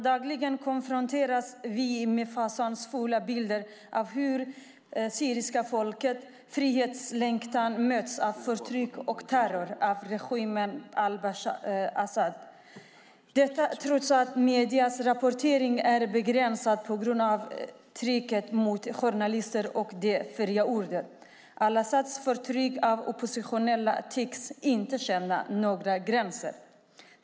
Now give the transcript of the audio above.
Dagligen konfronteras vi med fasansfulla bilder av hur det syriska folkets frihetslängtan möts av förtryck och terror av regimen al-Assad. Detta ser vi trots att mediernas rapportering är begränsad på grund av trycket mot journalister och det fria ordet. Al-Assads förtryck av oppositionella tycks inte känna några gränser.